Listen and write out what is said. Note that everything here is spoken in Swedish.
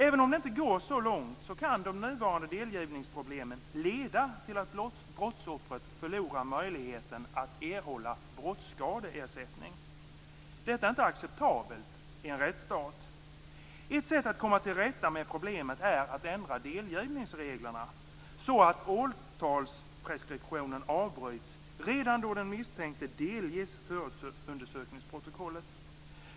Även om det inte går så långt kan de nuvarande delgivningsproblemen leda till att brottsoffret förlorar möjligheten att erhålla brottsskadeersättning. Detta är inte acceptabelt i en rättsstat. Ett sätt att komma till rätta med problemet är att ändra delgivningsreglerna så att åtalspreskriptionen avbryts redan då den misstänkte delges förundersökningsprotokollet.